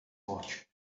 watch